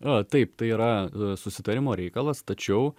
o taip tai yra susitarimo reikalas tačiau